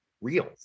real